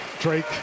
Drake